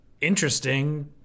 interesting